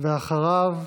אחריו,